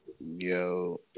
Yo